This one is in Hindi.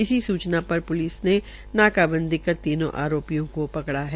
इसी सूचना के आधार पर पुलिस ने नाकाबंदी कर तीनों अरोपियों को पकड़ा है